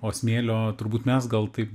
o smėlio turbūt mes gal taip